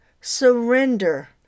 surrender